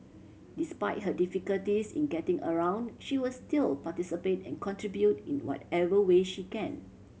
despite her difficulties in getting around she will still participate and contribute in whatever way she can